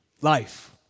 Life